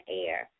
air